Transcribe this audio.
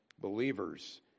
believers